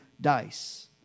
dice